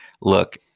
look